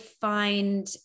find